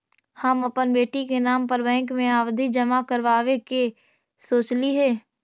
हम अपन बेटी के नाम पर बैंक में आवधि जमा करावावे के सोचली हे